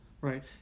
right